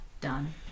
Done